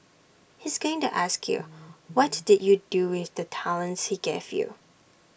he's going to ask you what did you do with the talents he gave you